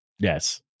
yes